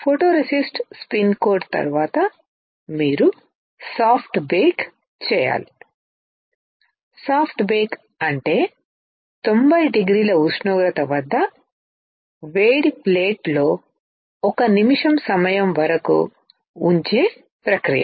photoresist spin coat తరువాత మీరు soft బేక్చేయాలి సాఫ్ట్ బేక్ అంటే తొంభై డిగ్రీల ఉష్ణోగ్రత వద్ద వేడి ప్లేట్లో ఒక నిమిషం సమయం వరకు ఉంచే ప్రక్రియ